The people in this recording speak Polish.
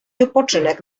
wypoczynek